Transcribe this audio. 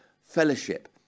fellowship